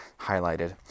highlighted